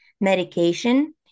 medication